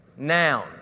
Noun